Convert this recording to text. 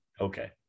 Okay